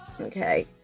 okay